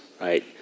Right